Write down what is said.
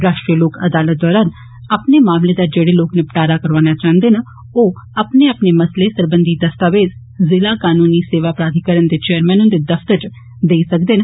राश्ट्रीय लोक अदालत दरान अपने मामले दा जेह्डत्रे लोक निपटारा करोआना चांहृदे न ओ अपने अपने मसले सरबंधी दस्तावेज जिला कनूनी सेवा प्राद्यीकरण दे चेयरमैन हूंदे दफ्तर च देई देन